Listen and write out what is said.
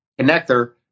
connector